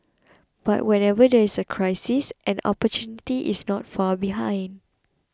but whenever there is a crisis an opportunity is not far behind